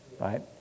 right